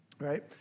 right